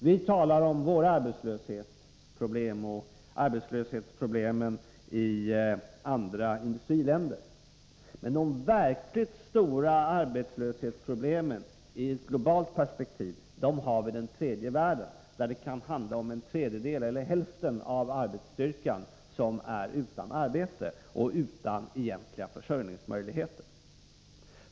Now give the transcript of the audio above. Vi talar om våra arbetslöshetsproblem och om arbetslöshetsproblemen i andra i-länder, men de verkligt stora arbetslöshetsproblemen, i ett globalt perspektiv, finns i den tredje världen, där en tredjedel eller hälften av arbetsstyrkan kan vara utan arbete och utan egentliga försörjningsmöjligheter.